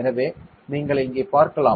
எனவே நீங்கள் இங்கே பார்க்கலாம்